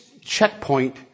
checkpoint